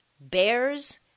bears